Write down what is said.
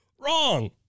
Wrong